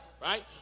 right